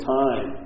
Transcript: time